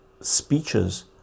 speeches